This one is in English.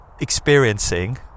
experiencing